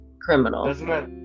criminal